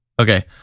okay